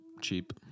cheap